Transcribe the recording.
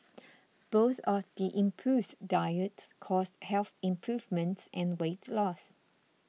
both of the improves diets caused health improvements and weight loss